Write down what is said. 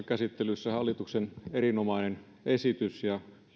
käsittelyssä hallituksen erinomainen esitys ja